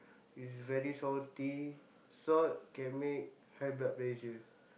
is very salty salt can make high blood pressure